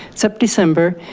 cept december,